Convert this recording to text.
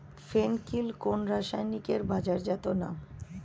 ফেন কিল কোন রাসায়নিকের বাজারজাত নাম?